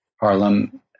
Harlem